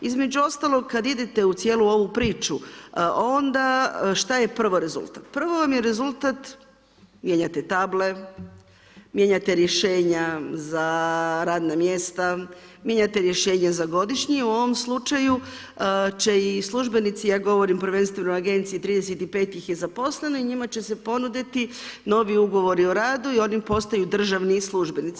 Između ostalog, kad idete u cijelu ovu priču onda šta je prvo rezultat, mijenjate table, mijenjate rješenja za radna mjesta, mijenjate rješenja za godišnji u ovom slučaju će i službenici, ja govorim prvenstveno o agenciji 35 ih je zaposleno i njima će se ponuditi novi ugovori o radu i oni postaju državni službenici.